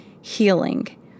healing